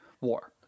war